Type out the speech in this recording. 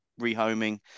rehoming